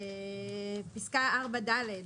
פסקה 4(ד),